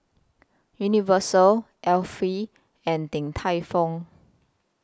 Universal Alpen and Din Tai Fung